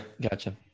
Gotcha